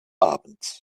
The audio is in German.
abends